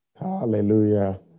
hallelujah